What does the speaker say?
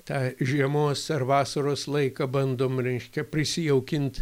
tą žiemos ar vasaros laiką bandom reiškia prisijaukint